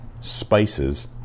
spices